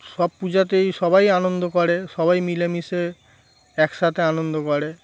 সব পূজাতেই সবাই আনন্দ করে সবাই মিলেমিশে একসাথে আনন্দ করে